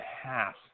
half